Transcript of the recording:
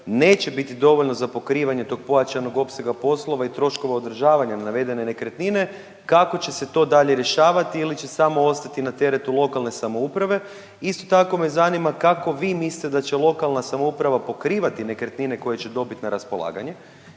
neće biti dovoljno za pokrivanje tog pojačanog opsega poslova i troškova održavanja navedene nekretnine. Kako će se to dalje rješavati ili će samo ostati na teretu lokalne samouprave. Isto tako me zanima kako vi mislite da će lokalna samouprava pokrivati nekretnine koje će dobiti na raspolaganje,